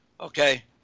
okay